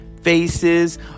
Faces